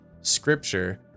scripture